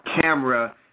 camera